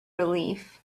relief